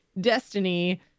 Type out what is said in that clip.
Destiny